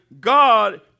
God